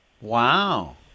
Wow